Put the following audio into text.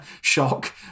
Shock